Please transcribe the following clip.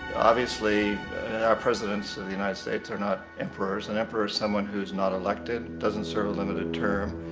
obviously our presidents of the united states are not emperors. an emperor is someone who is not elected, doesn't serve a limited term,